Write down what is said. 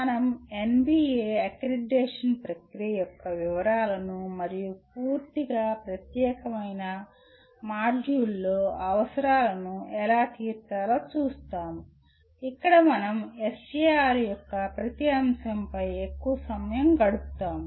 మనం NBA accreditation ప్రక్రియ యొక్క వివరాలను మరియు పూర్తిగా ప్రత్యేకమైన మాడ్యూల్లో అవసరాలను ఎలా తీర్చాలో చూస్తాము ఇక్కడ మనం SAR యొక్క ప్రతి అంశంపై ఎక్కువ సమయం గడుపుతాము